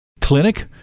Clinic